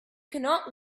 cannot